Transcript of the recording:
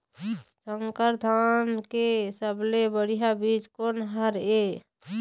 संकर धान के सबले बढ़िया बीज कोन हर ये?